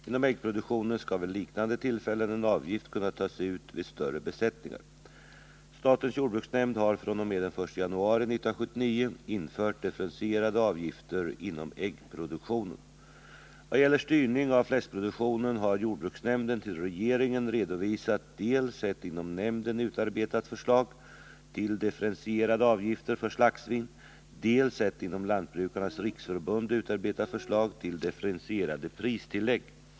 Inom äggproduktionen skall vid liknande tillfällen en avgift kunna tas ut vid större besättningar. Vad gäller styrning av fläskproduktionen har jordbruksnämnden till regeringen redovisat dels ett inom nämnden utarbetat förslag till differentierade avgifter för slaktsvin, dels ett inom Lantbrukarnas riksförbund utarbetat förslag till differentierade pristillägg.